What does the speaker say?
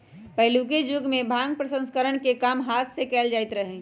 पहिलुक जुगमें भांग प्रसंस्करण के काम हात से कएल जाइत रहै